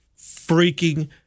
freaking